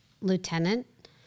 lieutenant